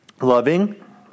Loving